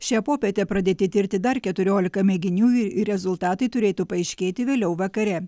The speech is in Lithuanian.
šią popietę pradėti tirti dar keturiolika mėginių ir rezultatai turėtų paaiškėti vėliau vakare